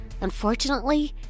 unfortunately